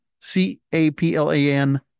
C-A-P-L-A-N